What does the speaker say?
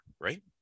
right